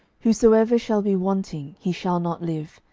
whosoever shall be wanting, he shall not live.